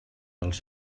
els